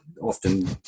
often